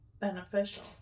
beneficial